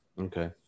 Okay